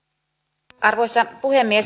arvoisa puhemies